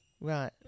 Right